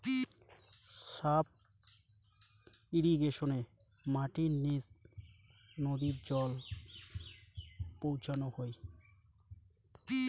sub ইর্রিগেশনে মাটির নিচ নদী জল পৌঁছানো হই